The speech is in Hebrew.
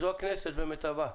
זו הכנסת במיטבה.